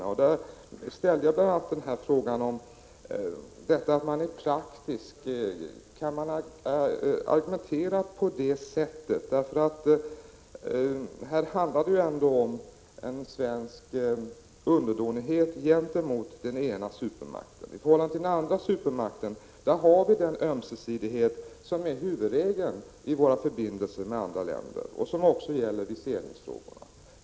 Jag ställde bl.a. frågan om vad som är praktiskt — kan man argumentera på det sätt som ni gör? Här handlar det om en svensk underdånighet gentemot den ena supermakten. I förhållandet till den andra supermakten har vi den ömsesidighet som är huvudregeln i våra förbindelser med andra länder och som också gäller viseringsfrågorna.